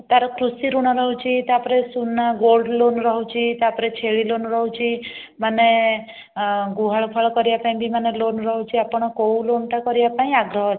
ତା'ର କୃଷିଋଣ ରହୁଛି ତାପରେ ସୁନା ଗୋଲ୍ଡ ଲୋନ୍ ରହୁଛି ତା'ପରେ ଛେଳି ଲୋନ୍ ରହୁଛି ମାନେ ଗୁହାଳ ଫୁହାଳ କରିବା ପାଇଁ ବି ମାନେ ଲୋନ୍ ରହୁଛି ଆପଣ କେଉଁ ଲୋନ୍ଟା କରିବା ପାଇଁ ଆଗ୍ରହ ଅଛନ୍ତି